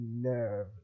nerve